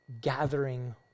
gathering